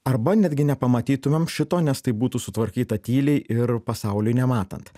arba netgi nepamatytumėm šito nes tai būtų sutvarkyta tyliai ir pasauliui nematant